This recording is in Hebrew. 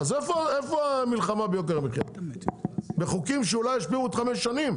אז איפה המלחמה ביוקר המחיה בחוקים שאולי ישפיעו עד חמש שנים?